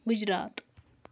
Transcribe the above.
Gujarat